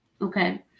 Okay